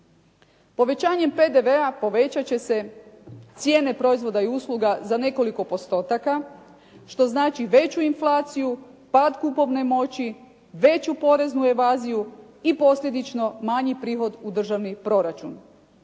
Povećanjem PDV-a povećat će se cijene proizvoda i usluga za nekoliko postotaka, što znači veću inflaciju, pad kupovne moći, veću poreznu evaziju i posljedično manji prihod u državni proračun.